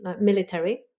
military